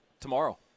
tomorrow